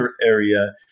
area